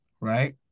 right